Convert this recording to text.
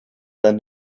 than